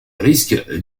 risques